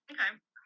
Okay